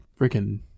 freaking